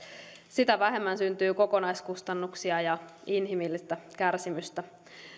sitä vähemmän syntyy kokonaiskustannuksia ja inhimillistä kärsimystä